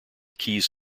keys